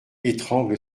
étrangle